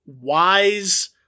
wise